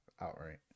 outright